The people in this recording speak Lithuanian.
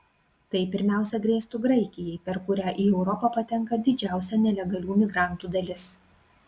tai pirmiausia grėstų graikijai per kurią į europą patenka didžiausia nelegalių migrantų dalis